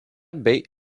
bei